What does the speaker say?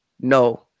no